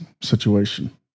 situation